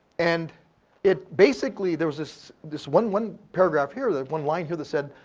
and it, basically, there was this this one one paragraph here. there's one line here that said,